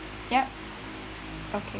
ya okay